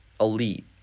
elite